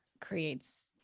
creates